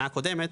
של השנה הקודמת.